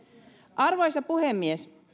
arvoisa puhemies